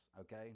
okay